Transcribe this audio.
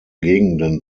gegenden